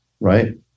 Right